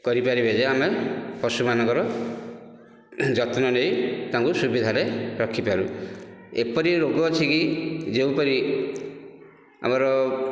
କରିପାରିବେ ଯେ ଆମେ ପଶୁମାନଙ୍କର ଯତ୍ନ ନେଇ ତାଙ୍କୁ ସୁବିଧାରେ ରଖିପାରୁ ଏପରି ରୋଗ ଅଛି କି ଯେଉଁପରି ଆମର